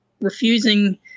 refusing